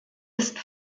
ist